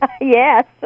Yes